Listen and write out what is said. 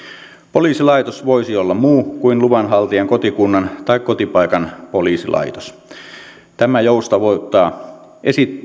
poliisilaitos voisi olla muu kuin luvanhaltijan kotikunnan tai kotipaikan poliisilaitos tämä joustavoittaa